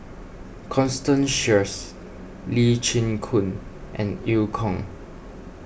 Constance Sheares Lee Chin Koon and Eu Kong